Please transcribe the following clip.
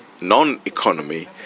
non-economy